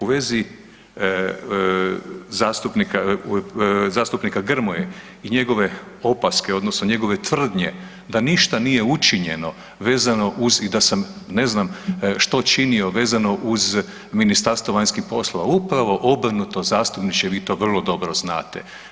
U vezi zastupnika Grmoje i njegove opaske odnosno njegove tvrdnje da ništa nije učinjeno vezano uz i da sam ne znam što činio vezano uz Ministarstvo vanjskih poslova, upravo obrnuto zastupniče, vi to vrlo dobro znate.